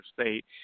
State